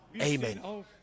Amen